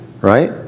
right